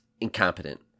incompetent